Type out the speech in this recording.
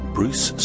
Bruce